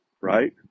right